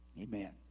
Amen